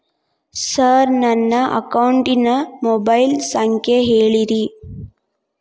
sir ನನ್ನ ಅಕೌಂಟಿನ mobile ಸಂಖ್ಯೆ ಹೇಳಿರಿ